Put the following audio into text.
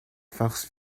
force